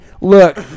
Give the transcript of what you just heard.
Look